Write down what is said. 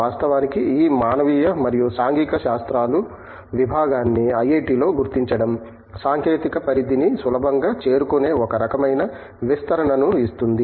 వాస్తవానికి ఈ మానవీయ మరియు సాంఘిక శాస్త్రాలు విభాగాన్ని ఐఐటిలో గుర్తించడం సాంకేతిక పరిధిని సులభంగా చేరుకునే ఒక రకమైన విస్తరణను ఇస్తుంది